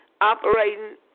operating